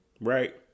right